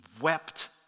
wept